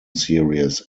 series